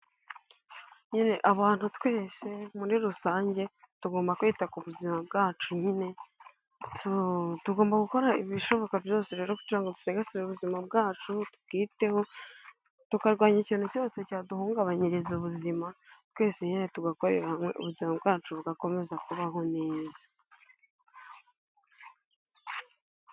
Nyine abantu twese muri rusange tugomba kwita ku buzima bwacu nyine, tugomba gukora ibishoboka byose rero kugira ngo dusigasire ubuzima bwacu tubwiteho, tukarwanya ikintu cyose cyaduhungabanyiriza ubuzima, twese nyine tugakorera hamwe ubuzima bwacu bugakomeza kubaho neza.